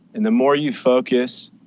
and the more you focus,